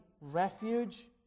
refuge